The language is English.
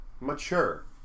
mature